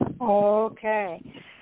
Okay